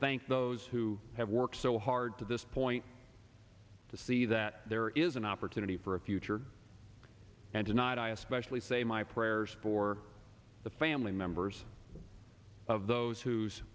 thank those who have worked so hard to this point to see that there is an opportunity for a future and tonight i especially say my prayers for the family members of those whose